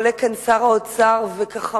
עולה כאן שר האוצר ומגמגם,